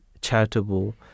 charitable